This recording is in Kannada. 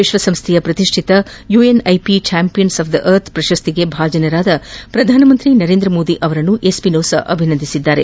ವಿಶ್ವಸಂಸ್ವೆಯ ಪ್ರತಿಷ್ಠಿತ UNEP champions of the earth ಪ್ರಶಸ್ತಿಗೆ ಭಾಜನರಾದ ಪ್ರಧಾನಮಂತ್ರಿ ನರೇಂದ್ರ ಮೋದಿ ಅವರನ್ನು ಎಸ್ಪಿನೋಸಾ ಅಭಿನಂದಿಸಿದ್ದಾರೆ